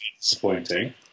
disappointing